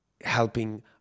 helping